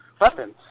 weapons